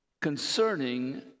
concerning